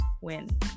win